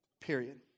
period